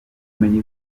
kumenya